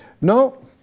No